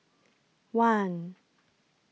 one